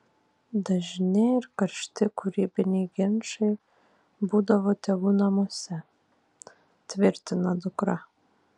dažni ir karšti kūrybiniai ginčai būdavo tėvų namuose tvirtina dukra